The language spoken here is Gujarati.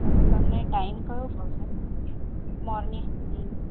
અને તમને ટાઈમ કયો ફાવશે બારની ટાઈમ